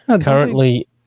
Currently